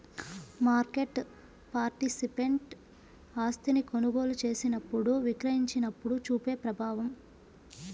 market participant ఆస్తిని కొనుగోలు చేసినప్పుడు, విక్రయించినప్పుడు చూపే ప్రభావం